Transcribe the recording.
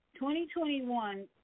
2021